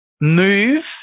move